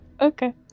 okay